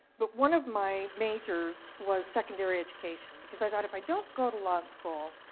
but one of my major's was secondary education. because i thought if i don't go to law school,